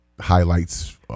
Highlights